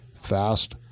fast